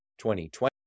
2020